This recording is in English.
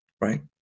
right